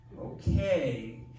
Okay